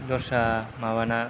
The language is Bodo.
दस्रा माबाना